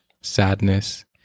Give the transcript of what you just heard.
sadness